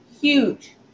huge